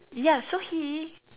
ya so he